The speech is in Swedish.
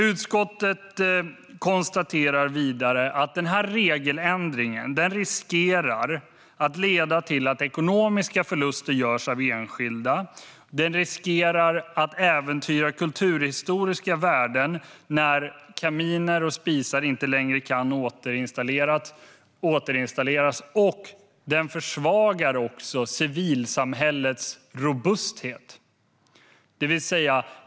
Utskottet konstaterar vidare att regeländringen riskerar att leda till ekonomiska förluster för enskilda. Den riskerar också att äventyra kulturhistoriska värden när kaminer och spisar inte längre kan återinstalleras. Och den försvagar civilsamhällets robusthet.